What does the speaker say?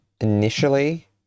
initially